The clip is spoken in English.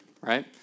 right